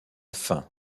faim